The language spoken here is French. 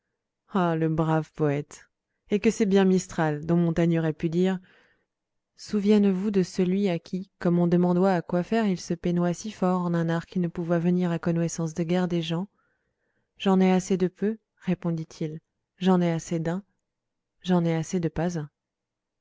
oh le brave poète et que c'est bien mistral dont montaigne aurait pu dire souvienne vous de celuy à qui comme on demandoit à quoy faire il se peinoit si fort en un art qui ne pouvoit venir à la cognoissance de guère des gens j'en ay assez de peu répondit-il j'en ay assez d'un j'en ay assez de pas